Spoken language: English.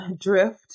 drift